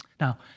now